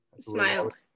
Smiled